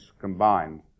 combined